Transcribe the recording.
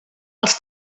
els